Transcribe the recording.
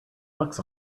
bucks